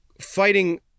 fighting